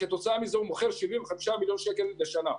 וכתוצאה מזה הוא מוכר 75 מיליון שקל בשנה.